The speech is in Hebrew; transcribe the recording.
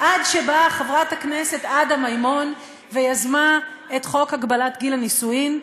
עד שבאה חברת הכנסת עדה מימון ויזמה את החוק להגבלת גיל הנישואים,